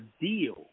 deal